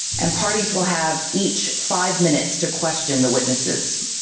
and parties will have each five minutes to question the witnesses.